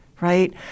right